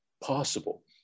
possible